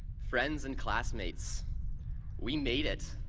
friends and classmates we made it.